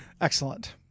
excellent